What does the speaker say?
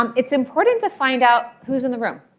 um it's important to find out who's in the room.